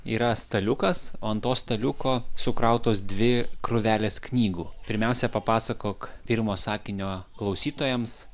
yra staliukas o ant to staliuko sukrautos dvi krūvelės knygų pirmiausia papasakok pirmo sakinio klausytojams